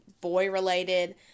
boy-related